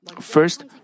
First